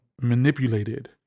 manipulated